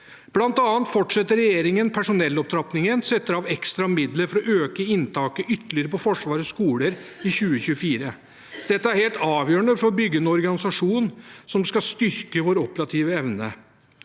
Blant annet fortsetter regjeringen personellopptrappingen og setter av ekstra midler for å øke inntaket ytterligere på Forsvarets skoler i 2024. Dette er helt avgjørende for å bygge en organisasjon som skal styrke vår operative evne.